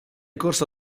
corso